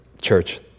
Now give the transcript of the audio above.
church